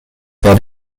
per